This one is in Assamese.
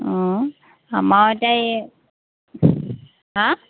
অঁ আমাৰ এতিয়া এই হাঁ